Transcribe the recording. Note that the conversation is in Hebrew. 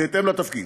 בהתאם לתפקיד.